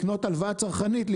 לקנות הלוואה צרכנית,